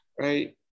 right